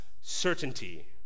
certainty